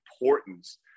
importance